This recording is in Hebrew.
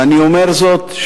ואני אומר זאת,